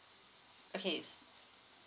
okay